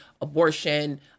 abortion